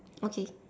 okay